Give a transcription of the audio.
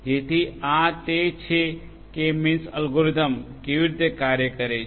જેથી આ તે છે કે મીન્સ એલ્ગોરિધમ કેવી રીતે કાર્ય કરે છે